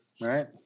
right